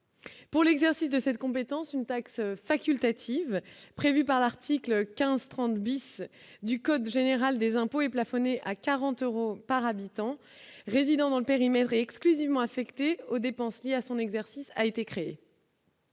Pour l'exercice de cette compétence une taxe facultative prévue par l'article 15 30 bis du code général des impôts est plafonnée à 40 euros par habitants résidant dans le périmètre exclusivement affecté aux dépenses liées à son exercice a été créé.